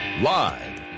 Live